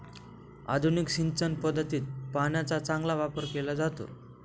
आधुनिक सिंचन पद्धतीत पाण्याचा चांगला वापर केला जातो